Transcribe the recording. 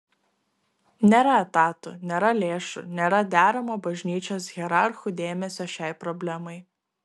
nėra etatų nėra lėšų nėra deramo bažnyčios hierarchų dėmesio šiai problemai